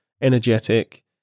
energetic